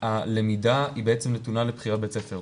הלמידה בעצם נתונה לבחירת בית הספר.